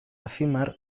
efímer